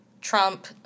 Trump